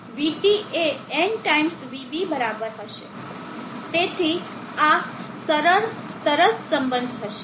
અને VT એ n times VB બરાબર હશે તેથી આ સરસ સરળ સંબંધ હશે